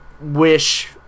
wish